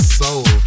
soul